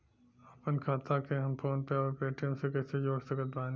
आपनखाता के हम फोनपे आउर पेटीएम से कैसे जोड़ सकत बानी?